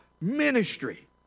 Ministry